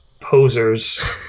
posers